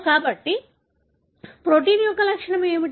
కాబట్టి ప్రోటీన్ యొక్క లక్షణము ఏమిటి